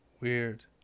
Weird